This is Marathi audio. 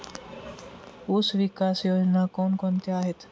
ऊसविकास योजना कोण कोणत्या आहेत?